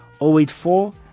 084